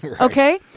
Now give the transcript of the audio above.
Okay